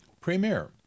Premier